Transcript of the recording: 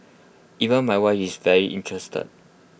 even my wife is very interested